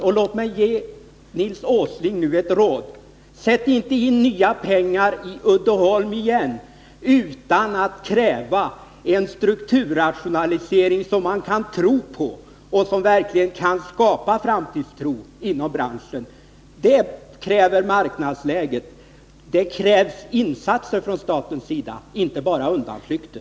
Låt mig därför få ge Nils Åsling ett råd: Sätt inte in nya pengar i Uddeholm igen utan att kräva en strukturrationalisering som man kan tro på och som verkligen kan skapa framtidstro inom branschen. Det kräver marknadsläget. Det krävs insatser från statens sida, inte bara undanflykter.